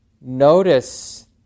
notice